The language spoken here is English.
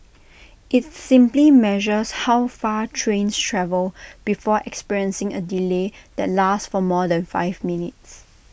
IT simply measures how far trains travel before experiencing A delay that lasts for more than five minutes